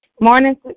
morning